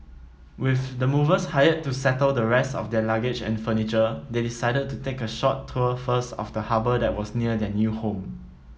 with the movers hired to settle the rest of their luggage and furniture they decided to take a short tour first of the harbour that was near their new home